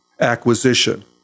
acquisition